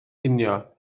cinio